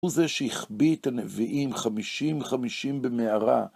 הוא זה שהחביא את הנביאים חמישים חמישים במערה.